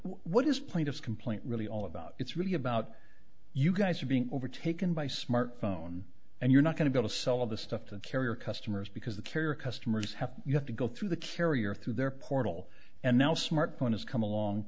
what is plaintiff's complaint really all about it's really about you guys are being overtaken by smartphone and you're not going to go to some of the stuff to a carrier customers because the carrier customers have you have to go through the carrier through their portal and now smartphone has come along